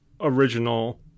original